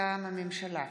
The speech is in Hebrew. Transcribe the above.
מטעם הממשלה: